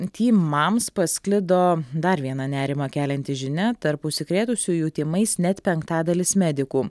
tymams pasklido dar viena nerimą kelianti žinia tarp užsikrėtusiųjų tymais net penktadalis medikų